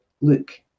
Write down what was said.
Luke